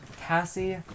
Cassie